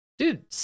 Dude